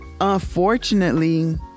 unfortunately